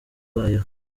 ibayeho